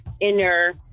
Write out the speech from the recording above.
inner